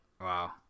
Wow